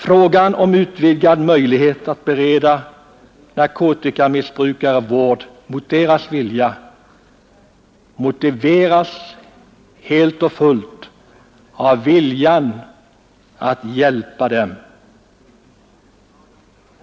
Frågan om utvidgad möjlighet att bereda narkotikamissbrukare vård mot deras vilja motiveras helt och fullt av viljan att hjälpa dem.